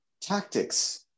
tactics